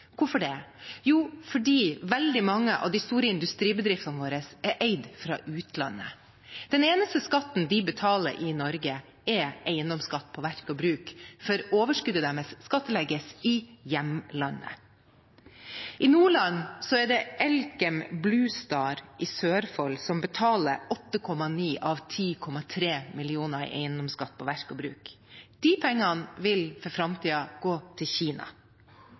Hvorfor? Jo, fordi veldig mange av de store industribedriftene våre er eid fra utlandet. Den eneste skatten de betaler i Norge, er eiendomsskatt på verk og bruk, for overskuddet deres skattlegges i hjemlandet. I Nordland betaler Elkem Bluestar i Sørfold 8,9 av 10,3 mill. kr i eiendomsskatt på verk og bruk. De pengene vil for framtiden gå til Kina.